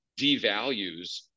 devalues